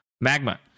magma